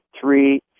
three